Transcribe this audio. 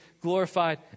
glorified